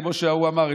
כמו שההוא אמר,